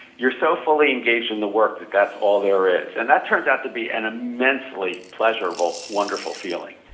yourself fully engaged in the work that that's all there is and that turns out to be an immensely pleasurable wonderful feeling